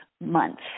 months